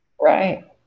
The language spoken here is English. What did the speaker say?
Right